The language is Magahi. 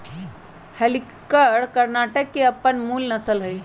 हल्लीकर कर्णाटक के अप्पन मूल नसल हइ